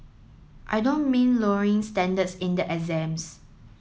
I don't mean lowering standards in the exams